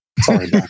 sorry